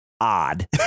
odd